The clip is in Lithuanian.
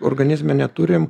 organizme neturim